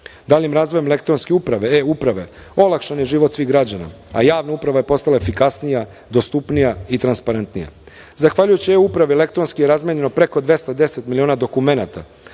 razvojem elektronske uprave, E-uprave, olakšan je život svih građana, a javna uprava je postala efikasnija, dostupnija i transparentnija. Zahvaljujući E-upravi elektronski je razmenjeno preko 210 miliona dokumenata,